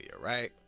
right